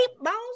balls